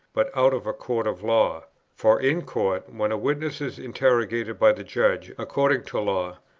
but out of a court of law for in court, when a witness is interrogated by the judge according to law,